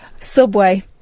Subway